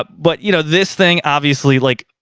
but but you know, this thing, obviously, like,